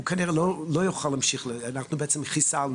הוא כנראה לא יוכל להמשיך, אנחנו בעצם חיסלנו